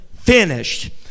finished